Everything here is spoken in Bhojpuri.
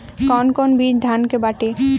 कौन कौन बिज धान के बाटे?